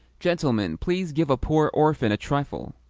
gentleman, please give a poor orphan a trifle!